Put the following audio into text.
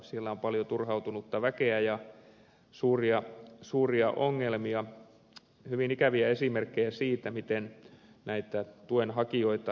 siellä on paljon turhautunutta väkeä ja suuria ongelmia hyvin ikäviä esimerkkejä siitä miten näitä tuenhakijoita kohdellaan